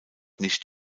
nicht